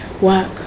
Work